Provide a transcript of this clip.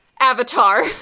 avatar